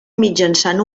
mitjançant